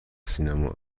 سینما